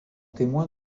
témoin